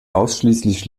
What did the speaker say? ausschließlich